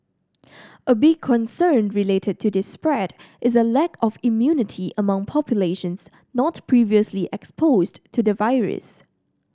a big concern related to this spread is a lack of immunity among populations not previously exposed to the virus